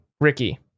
Ricky